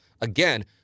Again